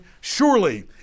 surely